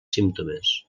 símptomes